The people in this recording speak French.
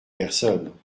personne